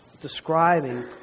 describing